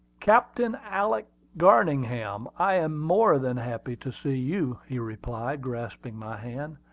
captain alick garningham, i am more than happy to see you, he replied, grasping my hand.